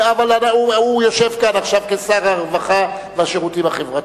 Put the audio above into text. הוא יושב כאן עכשיו כשר הרווחה והשירותים החברתיים.